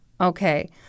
Okay